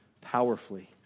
powerfully